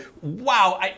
wow